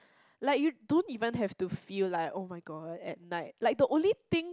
like you don't even have to feel like oh-my-god at night like the only thing